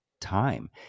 time